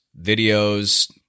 videos